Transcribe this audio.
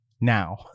now